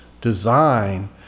design